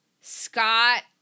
Scott